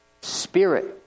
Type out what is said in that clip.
spirit